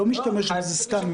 היא לא משתמשת בזה סתם,